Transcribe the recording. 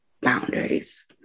boundaries